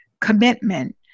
commitment